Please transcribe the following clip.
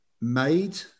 made